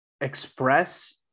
Express